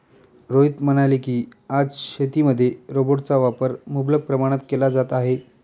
रोहित म्हणाले की, आज शेतीमध्ये रोबोटचा वापर मुबलक प्रमाणात केला जात आहे